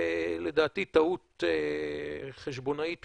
לדעתי טעות חשבונאית פשוטה: